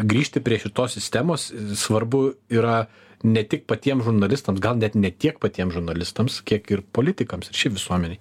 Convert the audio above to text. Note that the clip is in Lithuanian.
grįžti prie šitos sistemos svarbu yra ne tik patiem žurnalistams gal net ne tiek patiem žurnalistams kiek ir politikams ir šiaip visuomenei